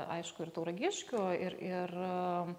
aišku ir tauragiškių ir ir